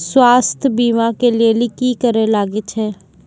स्वास्थ्य बीमा के लेली की करे लागे छै?